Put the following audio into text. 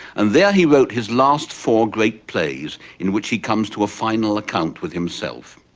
and there he wrote his last four great plays in which he comes to a final account with himself.